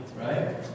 Right